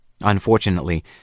Unfortunately